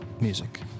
music